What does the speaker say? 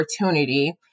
opportunity